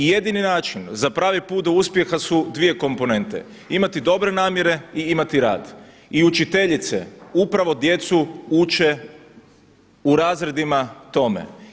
I jedini način za pravi put do uspjeha su dvije komponente imati dobre namjere i imati rad i učiteljice upravo djecu uče u razredima tome.